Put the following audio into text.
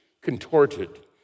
contorted